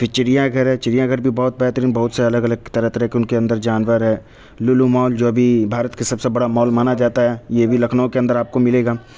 پھر چڑیا گھر ہے چڑیا گھر بھی بہت بہترین بہت سے الگ الگ طرح طرح کے ان کے اندر جانور ہیں لولو مال جو ابھی بھارت کے سب سے بڑا مال مانا جاتا ہے یہ بھی لكھںؤ كے اندر آپ كو ملے گا